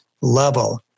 level